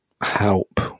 help